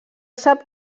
sap